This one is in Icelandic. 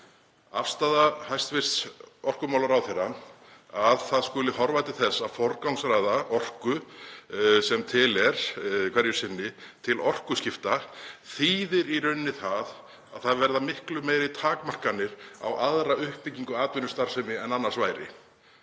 Afstaða hæstv. orkumálaráðherra, að horfa skuli til þess að forgangsraða orku sem til er hverju sinni til orkuskipta, þýðir í raun að það verða miklu meiri takmarkanir á annarri uppbyggingu atvinnustarfsemi en annars væri.